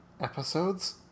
episodes